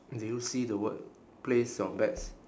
do you see the word place your bets